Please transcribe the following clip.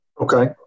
Okay